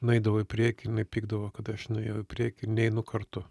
nueidavau į priekį ir jinai pykdavo kad aš nuėjau į priekį ir neinu kartu